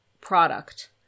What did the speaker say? product